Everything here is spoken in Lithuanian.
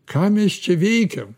ką mes čia veikiam